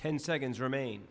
ten seconds remain